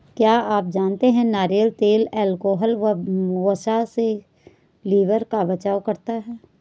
क्या आप जानते है नारियल तेल अल्कोहल व वसा से लिवर का बचाव करता है?